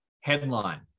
headline